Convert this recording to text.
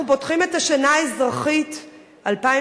אנחנו פותחים את השנה האזרחית 2012,